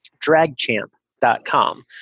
dragchamp.com